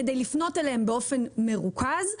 כדי לפנות אליהם באופן מרוכז.